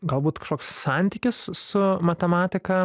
galbūt kažkoks santykis su matematika